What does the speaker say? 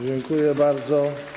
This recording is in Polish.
Dziękuję bardzo.